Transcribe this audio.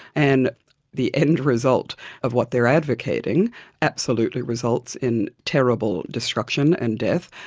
and the end result of what they're advocating absolutely results in terrible destruction and death,